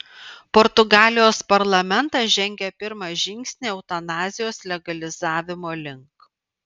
portugalijos parlamentas žengė pirmą žingsnį eutanazijos legalizavimo link